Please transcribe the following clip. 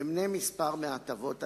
אמנה כמה מההטבות הללו.